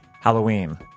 Halloween